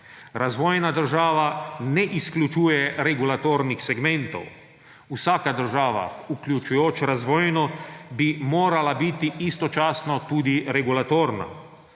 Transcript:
Razvojna država ne izključuje regulatornih segmentov, vsaka država, vključujoč razvojno, bi morala biti istočasno tudi regulatorna.